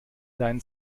deinen